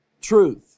truth